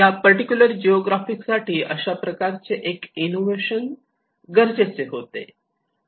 या particular geography साठी अशा प्रकारचे एक इनोव्हेशन गरजेचे होते